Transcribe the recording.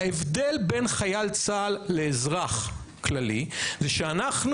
ההבדל בין חייל צה"ל לאזרח כללי זה שאנחנו,